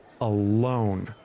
alone